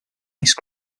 ice